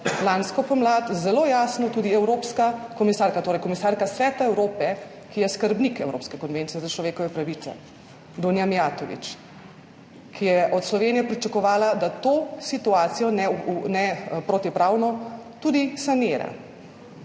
lansko pomlad zelo jasno tudi komisarka Sveta Evrope, ki je skrbnik Evropske konvencije za človekove pravice, Dunja Mijatović, ki je od Slovenije pričakovala, da to situacijo, neprotipravno, tudi sanira.